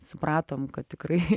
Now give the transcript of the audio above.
supratom kad tikrai